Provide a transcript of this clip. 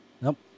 Nope